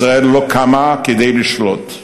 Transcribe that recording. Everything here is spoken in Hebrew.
ישראל לא קמה כדי לשלוט,